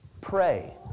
Pray